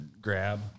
grab